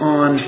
on